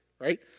right